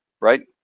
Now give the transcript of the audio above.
right